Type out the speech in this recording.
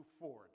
forward